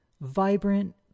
Vibrant